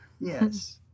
Yes